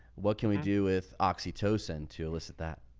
what can we do with oxytocin to elicit that.